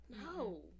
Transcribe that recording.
no